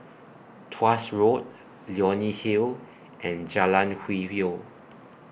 Tuas Road Leonie Hill and Jalan Hwi Yoh